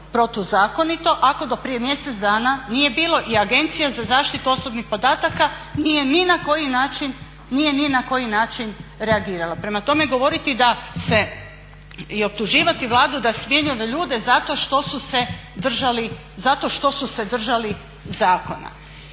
protuzakonito ako do prije mjesec dana nije bilo i Agencija za zaštitu osobnih podataka nije ni na koji način reagirala. Prema tome, govoriti da se i optuživati Vladu da smjenjuje ove ljude zato što su se držali zakona.